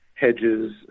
Hedges